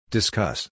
Discuss